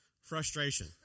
Frustration